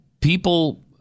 people